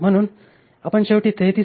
म्हणुन आपण शेवटी 33